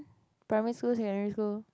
primary school secondary school